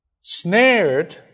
snared